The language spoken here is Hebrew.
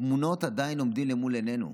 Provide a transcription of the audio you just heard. התמונות עדיין עומדות למול עינינו.